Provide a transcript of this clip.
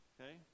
Okay